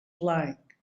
flying